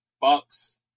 Bucks